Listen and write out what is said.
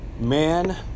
Man